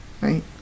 right